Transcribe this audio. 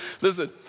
Listen